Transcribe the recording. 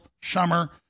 summer